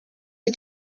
you